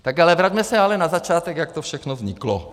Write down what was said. Tak ale vraťme se na začátek, jak to všechno vzniklo.